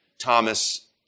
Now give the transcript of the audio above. Thomas